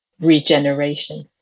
regeneration